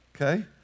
okay